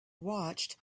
watched